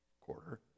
quarter